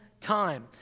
time